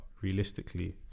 realistically